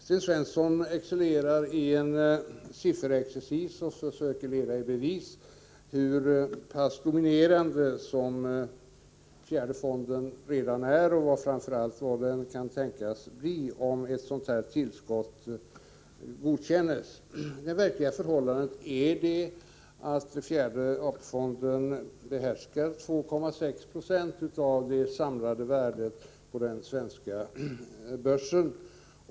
Sten Svensson excellerar i en sifferexercis och försöker leda i bevis hur dominerande fjärde AP-fonden redan är och framför allt kan tänkas bli om ett sådant här tillskott godkänns. Det verkliga förhållandet är att fjärde AP-fonden behärskar 2,6 Jo av det samlade värdet på den svenska börsen.